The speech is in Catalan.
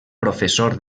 professor